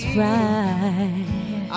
right